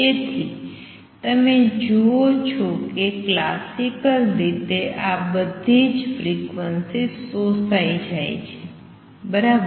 તેથી તમે જુઓ છો કે ક્લાસિકલ રીતે આ બધી ફ્રિક્વન્સીઝ શોષાય જાય છે બરાબર